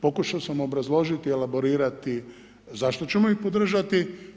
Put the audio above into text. Pokušao sam obrazložiti i elaborirati zašto ćemo ih podržati.